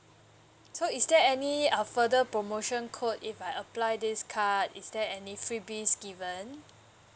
so is there any uh further promotion code if I apply this card is there any freebies given